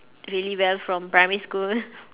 really well from primary school